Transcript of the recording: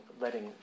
letting